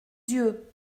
dieu